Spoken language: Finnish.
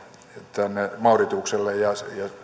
mauritiukselle ja